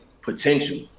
potential